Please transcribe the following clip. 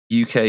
UK